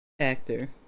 actor